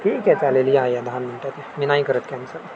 ठीक आहे चालेल या या दहा मिनटात या मी नाही करत कॅन्सल